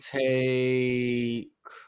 take